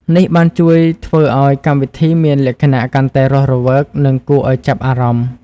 នេះបានជួយធ្វើឱ្យកម្មវិធីមានលក្ខណៈកាន់តែរស់រវើកនិងគួរឱ្យចាប់អារម្មណ៍។